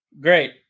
Great